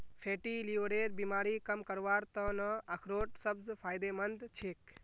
fatty लीवरेर बीमारी कम करवार त न अखरोट सबस फायदेमंद छेक